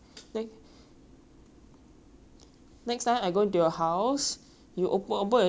next time I go into your house you open open your door I will hold a sage and like wave it in your face